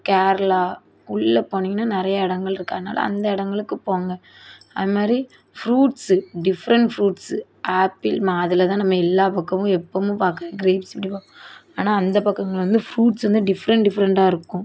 கேரளா உள்ளே போனீங்கனா நிறையா இடங்கள் இருக்குது அதனால் அந்த இடங்களுக்குப் போங்க அதுமாதிரி ஃப்ரூட்ஸு டிஃப்ரெண்ட் ஃப்ரூட்ஸு ஆப்பிள் மாதுளை தான் நம்ம எல்லா பக்கமும் எப்பயும் பார்க்கிற க்ரேப்ஸ் இப்படி பாப்போம் ஆனால் அந்த பக்கங்கள் வந்து ஃப்ரூட்ஸ் வந்து டிஃப்ரெண்ட் டிஃப்ரெண்ட்டாக இருக்கும்